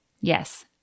Yes